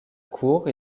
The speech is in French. cour